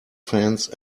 fence